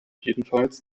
jedenfalls